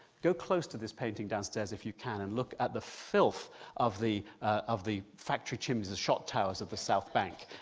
go close to this painting downstairs if you can and look at the filth of the of the factory chimneys, the shop towers of the south bank,